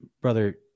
Brother